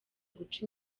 guca